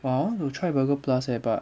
but I want to try burger plus leh but